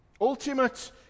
Ultimate